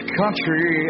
country